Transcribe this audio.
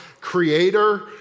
creator